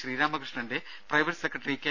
ശ്രീരാമകൃഷ്ണന്റെ private secretary K